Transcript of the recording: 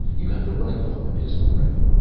you got the rifle and the pistol ready,